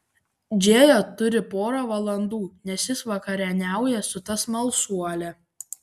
džėja turi porą valandų nes jis vakarieniauja su ta smalsuole